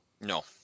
no